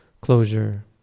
closure